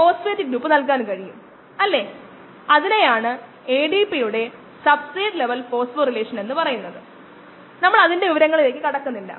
DNA സാധാരണയായി അഭികാമ്യമാണ് കാരണം കോശത്തിന്റെ സൈക്കിളിന്റെ വിവിധ ഭാഗങ്ങളിൽ അത് വളരെയധികം വ്യത്യാസപ്പെടില്ല